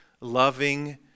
loving